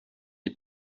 est